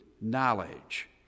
knowledge